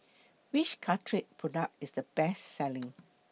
Which Caltrate Product IS The Best Selling